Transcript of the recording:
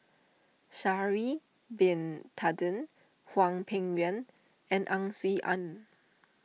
Sha'ari Bin Tadin Hwang Peng Yuan and Ang Swee Aun